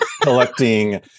collecting